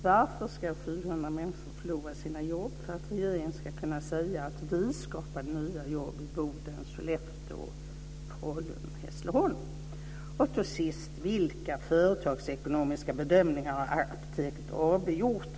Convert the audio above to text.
Varför ska 700 människor förlora sina jobb för att regeringen ska kunna säga: Vi skapade nya jobb i Boden, Sollefteå, Falun och Hässleholm? Till sist: Vilka företagsekonomiska bedömningar har Apoteket AB gjort?